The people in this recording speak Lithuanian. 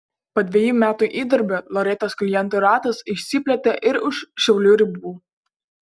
po dvejų metų įdirbio loretos klientų ratas išsiplėtė ir už šiaulių ribų